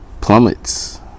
plummets